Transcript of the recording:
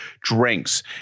drinks